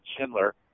Schindler